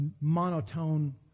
monotone